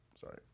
sorry